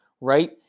right